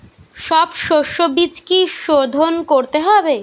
সব শষ্যবীজ কি সোধন করতে হবে?